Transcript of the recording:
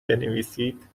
بنویسید